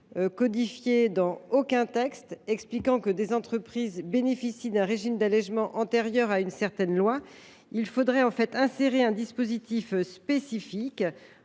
codifiée dans aucun texte, expliquant que des entreprises bénéficient d’un régime d’allégement antérieur à une certaine loi. Il conviendrait plutôt d’insérer un dispositif spécifique